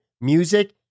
music